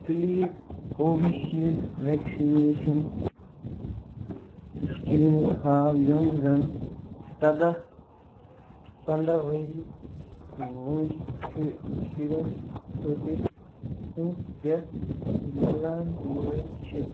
please Covishield vaccination clinic ہاو یِم زن سَداہ پَنٛداہ ؤری وٲنٛسہِ چھُ شُرٮ۪ن خٲطر پونٛسہٕ دِتھ مِلن وٲلۍ چھِ